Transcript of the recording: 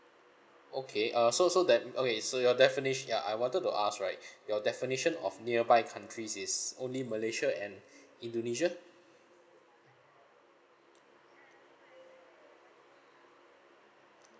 okay uh so so that m~ okay so your definition ya I wanted to ask right your definition of nearby countries is only malaysia and indonesia